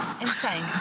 Insane